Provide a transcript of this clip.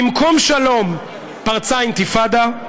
במקום שלום פרצה אינתיפאדה,